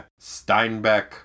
Steinbeck